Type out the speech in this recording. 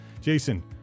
jason